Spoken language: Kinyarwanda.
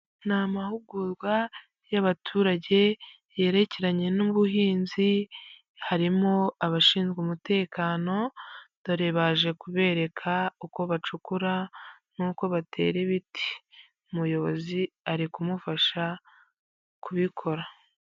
Ni amahugurwa y'abaturage yerekeranye n'ubuhinzi harimo abashinzwe umutekano, dore baje kubereka uko bacukura n'uko batera ibiti umuyobozi ari kumufasha kubikora.